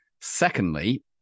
Secondly